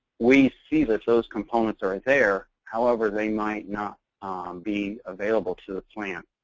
we see that those components are there. however, they might not be available to the plants.